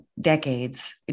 decades